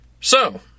So